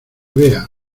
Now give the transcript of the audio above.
vea